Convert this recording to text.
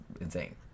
insane